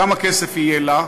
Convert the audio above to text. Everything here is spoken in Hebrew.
כמה כסף יהיה לה,